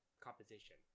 composition